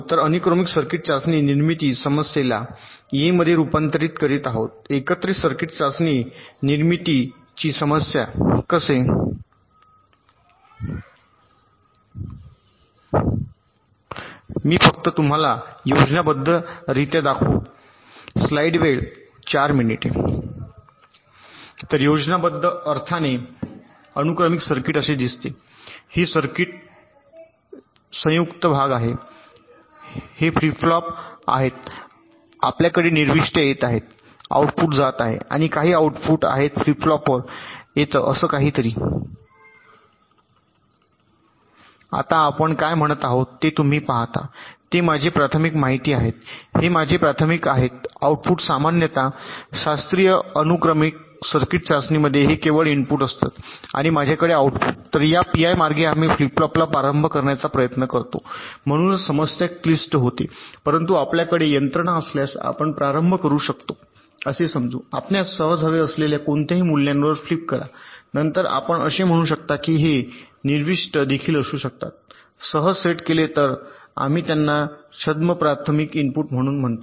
तर आम्ही अनुक्रमिक सर्किट चाचणी निर्मिती समस्येला ए मध्ये रूपांतरित करीत आहोत एकत्रित सर्किट चाचणी निर्मितीची समस्या कसे मी फक्त तुम्हाला योजनाबद्धरित्या दाखवू तर योजनाबद्ध अर्थाने अनुक्रमिक सर्किट असे दिसते ही संयुक्त सर्किट आहे भाग हे फ्लिप फ्लॉप आहेत आपल्याकडे निविष्ट्या येत आहेत आउटपुट जात आहेत आणि काही आउटपुट आहेत फ्लिप फ्लॉपवर येत असं काहीतरी आता आपण काय म्हणत आहोत ते तुम्ही पाहता ते माझे प्राथमिक माहिती आहेत हे माझे प्राथमिक आहेत आउटपुट सामान्यत शास्त्रीय अनुक्रमिक सर्किट चाचणीमध्ये हे केवळ इनपुट असतात आणि माझ्याकडे आउटपुट तर या पीआय मार्गे आम्ही फ्लिप फ्लॉपला प्रारंभ करण्याचा प्रयत्न करतो म्हणूनच समस्या क्लिष्ट होते परंतु आपल्याकडे यंत्रणा असल्यास आपण प्रारंभ करू शकतो असे समजू आपणास सहज हवे असलेल्या कोणत्याही मूल्यावर फ्लिप करा नंतर आपण असे म्हणू शकता की हे निविष्ट देखील असू शकतात सहज सेट केले तर आम्ही त्यांना छद्म प्राथमिक इनपुट म्हणून म्हणतो